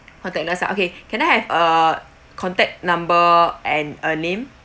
contactless ah okay can I have a contact number and a name